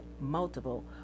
Multiple